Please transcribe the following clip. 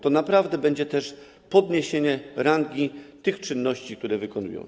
To naprawdę będzie też podniesienie rangi tych czynności, które wykonują.